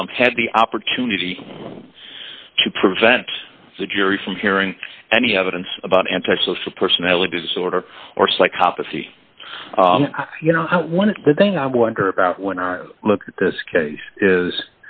l had the opportunity to prevent the jury from hearing any evidence about anti social personality disorder or psychopathy you know one thing i wonder about when i look at this case is